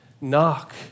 knock